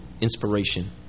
inspiration